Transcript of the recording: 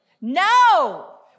No